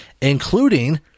Including